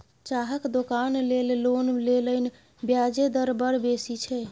चाहक दोकान लेल लोन लेलनि ब्याजे दर बड़ बेसी छै